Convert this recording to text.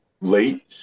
late